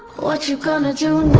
what you gonna do